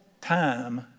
time